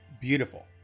beautiful